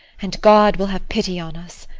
and god will have pity on us.